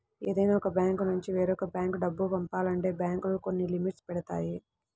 ఏదైనా ఒక బ్యాంకునుంచి వేరొక బ్యేంకు డబ్బు పంపాలంటే బ్యేంకులు కొన్ని లిమిట్స్ పెడతాయి